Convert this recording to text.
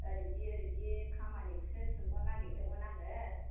ओरैबायदि ओरैबायदि खामानिखौसो सोंहरनो नागिरदोंमोन आङो